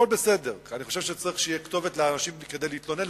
אני חושב שצריכה להיות כתובת לאנשים כדי להתלונן,